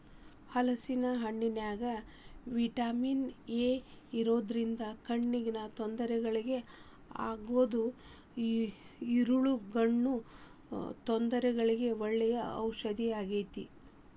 ಹಲೇಸಿನ ಹಣ್ಣಿನ್ಯಾಗ vitamin A ಇರೋದ್ರಿಂದ ಕಣ್ಣಿನ ತೊಂದರೆಗಳಿಗೆ ಅದ್ರಗೂ ಇರುಳುಗಣ್ಣು ತೊಂದರೆಗಳಿಗೆ ಒಳ್ಳೆ ಔಷದಾಗೇತಿ